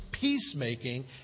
peacemaking